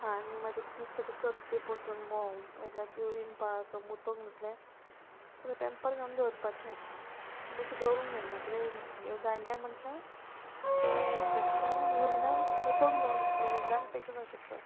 आनी मागीर तुका दिसता ती करतली परतून मव लायक युरिन पास वा मुतोंग धुतलें सो तें पेंपर घालून दवरपाचें बेश्टें दवरूंक जायना कित्याक जाणट्या मनशां चड इनफेक्शन युरिनान मुतोंग जावं युरिनान इनफेक्शन जावंक शेकता